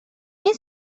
این